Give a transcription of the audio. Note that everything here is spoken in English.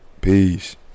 Peace